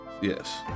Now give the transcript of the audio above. Yes